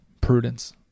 prudence